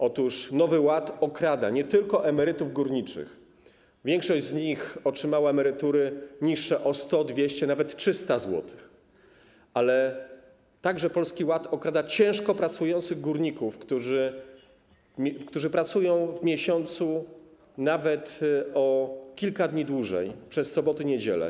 Otóż nowy ład okrada nie tylko emerytów górniczych, większość z nich otrzymała emerytury niższe o 100 zł, 200 zł, a nawet 300 zł, ale także Polski Ład okrada ciężko pracujących górników, którzy pracują w miesiącu nawet o kilka dni dłużej, w soboty, niedziele.